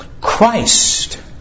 Christ